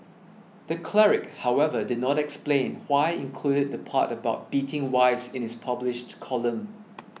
the Cleric however did not explain why included the part about beating wives in his published column